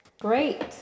great